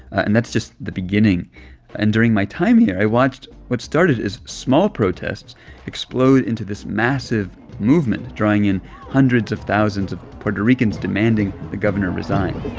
and that's just the beginning and during my time here, i watched what started as small protests explode into this massive movement, drawing in hundreds of thousands of puerto ricans demanding the governor resign